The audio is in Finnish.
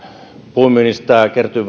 puunmyynnistä